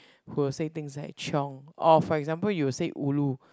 who will say things like chiong or for example you will say ulu